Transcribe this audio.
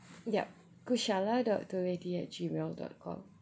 yup kushala dot toletti at G mail dot com